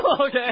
Okay